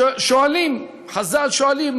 חז"ל שואלים,